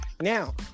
Now